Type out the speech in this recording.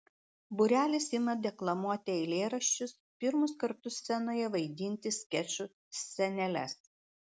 būrelis ima deklamuoti eilėraščius pirmus kartus scenoje vaidinti skečų sceneles